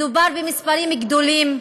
מדובר במספרים גדולים.